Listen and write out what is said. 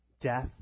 death